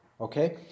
Okay